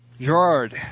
Gerard